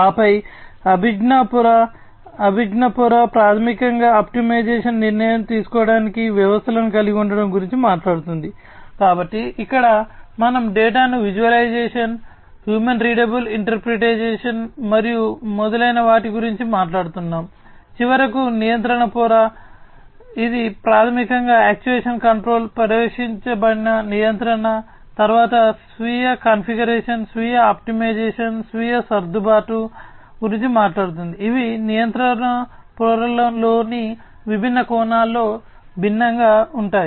ఆపై అభిజ్ఞా పొర గురించి మాట్లాడుతుంది ఇవి నియంత్రణ పొరలోని విభిన్న కోణాల్లో భిన్నంగా ఉంటాయి